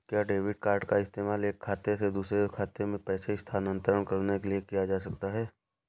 क्या debit card का इस्तेमाल एक खाते से दूसरे खाते में पैसे स्थानांतरण करने के लिए किया जा सकता है?